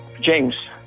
James